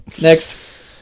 Next